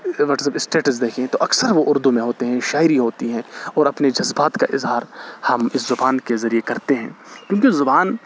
WhatsApp status دیکھیں تو اکثر وہ اردو میں ہوتے ہیں شاعری ہوتی ہیں اور اپنے جذبات کا اظہار ہم اس زبان کے ذریعے کرتے ہیں کیونکہ زبان